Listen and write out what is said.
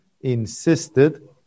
insisted